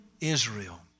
Israel